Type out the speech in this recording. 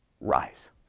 rise